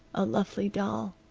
a lovely doll!